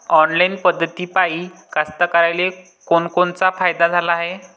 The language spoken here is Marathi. ऑनलाईन पद्धतीपायी कास्तकाराइले कोनकोनचा फायदा झाला हाये?